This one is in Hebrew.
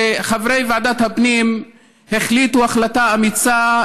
וחברי ועדת הפנים החליטו החלטה אמיצה: